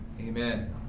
Amen